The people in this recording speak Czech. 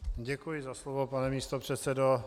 Děkuji za slovo, pane místopředsedo.